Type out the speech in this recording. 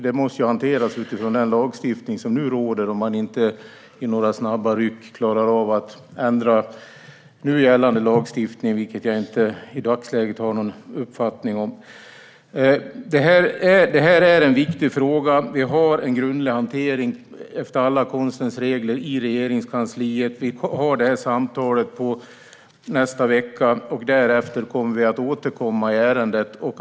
Det måste hanteras utifrån den lagstiftning som nu råder om man inte i några snabba ryck klarar av att ändra nu gällande lagstiftning, vilket jag inte i dagsläget har någon uppfattning om. Det är en viktig fråga. Vi har en grundlig hantering efter alla konstens regler i Regeringskansliet. Vi har det här samtalet i nästa vecka, och därefter kommer vi att återkomma i ärendet.